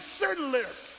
sinless